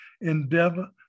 endeavor